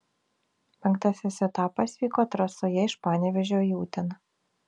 penktasis etapas vyko trasoje iš panevėžio į uteną